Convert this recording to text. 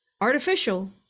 artificial